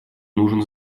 нужен